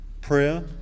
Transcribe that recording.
Prayer